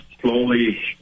slowly